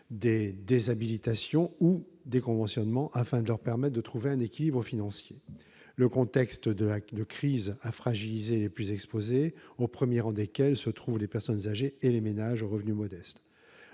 des déshabilitations ou déconventionnements visant à leur permettre de trouver un équilibre financier. Le contexte de crise a fragilisé les plus exposés, au premier rang desquels se trouvent les personnes âgées et les ménages aux revenus modestes.